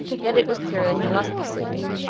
yet it was clear that he must be sleeping,